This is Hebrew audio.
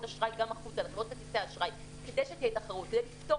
אשראי החוצה לחברות כרטיסי האשראי כדי שתהיה תחרות כדי לפתור